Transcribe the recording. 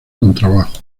contrabajo